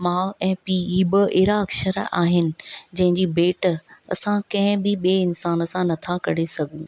माउ ऐ पीउ ही ॿ अहिड़ा अक्षर आहिनि जहिंजी भेट असां कंहिं बि ॿिए इंसान सां नथा करे सघूं